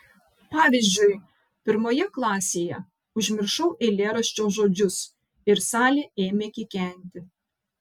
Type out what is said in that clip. pavyzdžiui pirmoje klasėje užmiršau eilėraščio žodžius ir salė ėmė kikenti